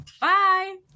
Bye